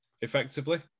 effectively